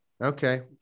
Okay